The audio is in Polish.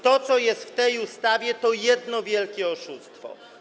To, co jest w tej ustawie, to jedno wielkie oszustwo.